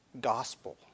gospel